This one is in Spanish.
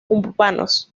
urbanos